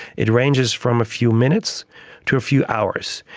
it ranges from a few minutes to a few hours.